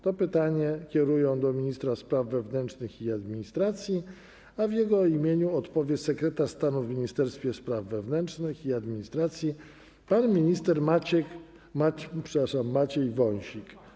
To pytanie kierują do ministra spraw wewnętrznych i administracji, a w jego imieniu odpowie sekretarz stanu w Ministerstwie Spraw Wewnętrznych i Administracji pan minister Maciek, przepraszam, Maciej Wąsik.